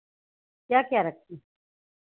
क्या क्या रखें हैं